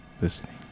listening